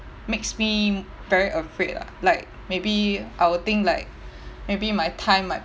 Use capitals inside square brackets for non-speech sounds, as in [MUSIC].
makes me very afraid lah like maybe I would think like [BREATH] maybe my time might